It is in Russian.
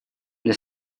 для